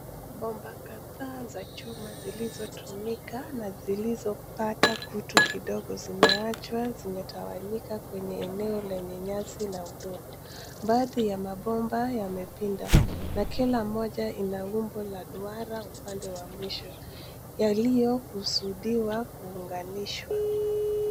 Bomba kadhaa za chuma zilizotumika na zilizopata kutu kidogo zimeachwa zimetawanyika kwenye eneo lenye nyasi la udongo. Baadhi ya mabomba yamepinda na kila moja ina umbo la duara upande wa mwisho yaliyokusudiwa kuunganishwa.